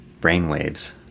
brainwaves